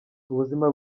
ubuzima